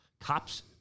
Cops